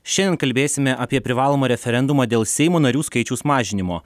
šiandien kalbėsime apie privalomą referendumą dėl seimo narių skaičiaus mažinimo